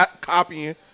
copying